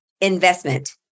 investment